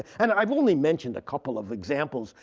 and i've only mentioned a couple of examples.